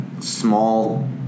small